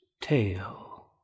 tail